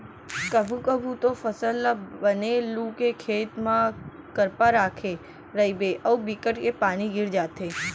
कभू कभू तो फसल ल बने लू के खेत म करपा राखे रहिबे अउ बिकट के पानी गिर जाथे